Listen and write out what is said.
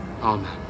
Amen